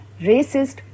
racist